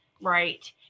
right